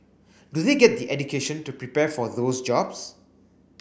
do they get the education to prepare for those jobs